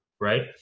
right